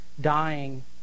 dying